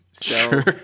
Sure